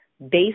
based